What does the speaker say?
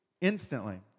instantly